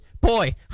Boy